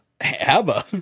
Abba